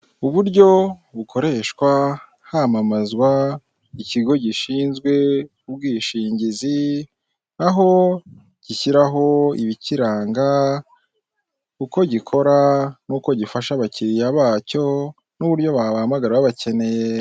Uburyo bukoreshwa hamamazwa ikigo gishinzwe ubwishingizi, aho gishyiraho ibikiranga, uko gikora n'uko gifasha abakiriya bacyo n'uburyo bahamagara bakeneye.